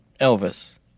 Elvis